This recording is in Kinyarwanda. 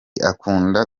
akunda